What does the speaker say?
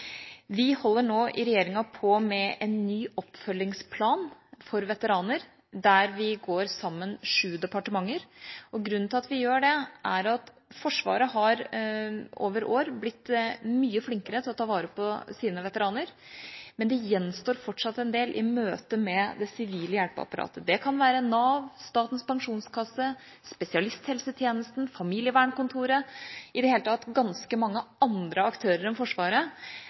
på med en ny oppfølgingsplan for veteraner der vi er sju departementer som går sammen. Grunnen til at vi gjør det, er at Forsvaret over år har blitt mye flinkere til å ta vare på sine veteraner, men det gjenstår fortsatt en del i møte med det sivile hjelpeapparatet. Det kan være Nav, Statens pensjonskasse, spesialisthelsetjenesten, familievernkontoret – i det hele tatt ganske mange andre aktører enn Forsvaret.